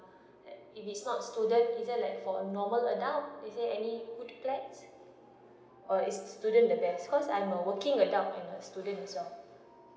if it's not student is there like for a normal adult is there any good plans or is student the best cause I'm a working adult and a students as well